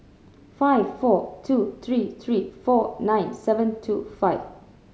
five four two three three four nine seven two five